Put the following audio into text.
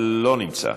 אינו נוכח.